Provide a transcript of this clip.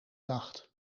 nacht